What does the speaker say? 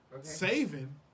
saving